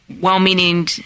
well-meaning